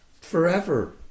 forever